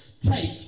Take